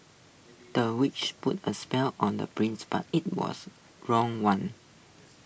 the witch put A spell on the prince but IT was wrong one